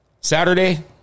Saturday